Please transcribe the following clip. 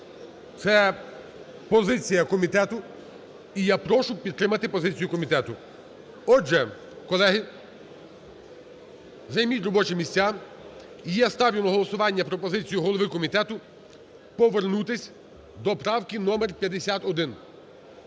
Це позиція комітету, і я прошу підтримати позицію комітету. Отже, колеги, займіть робочі місця. І я ставлю на голосування пропозицію голови комітету повернутись до правки номер 51.